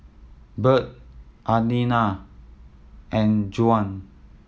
Bird Adina and Juan